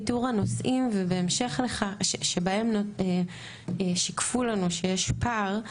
איתור הנושאים שבהם שיקפו לנו שיש פער,